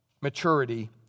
maturity